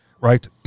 right